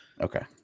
Okay